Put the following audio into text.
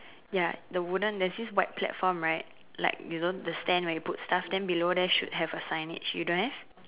ya the wooden there's this white platform right like you know the stand right you put stuff then below there should have a signage you don't have